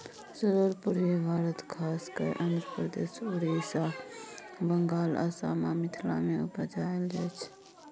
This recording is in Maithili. परोर पुर्वी भारत खास कय आंध्रप्रदेश, उड़ीसा, बंगाल, असम आ मिथिला मे उपजाएल जाइ छै